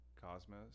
Cosmos